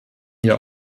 hier